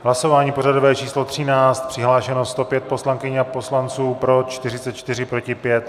Hlasování pořadové číslo 13, přihlášeno 105 poslankyň a poslanců, pro 44, proti 5.